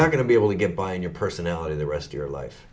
not going to be able to get by on your personality the rest of your life